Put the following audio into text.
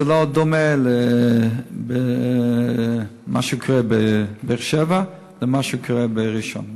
לא דומה מה שקורה בבאר-שבע למה שקורה בראשון-לציון.